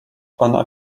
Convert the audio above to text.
ona